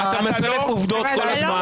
אתה מסלף עובדות כל הזמן.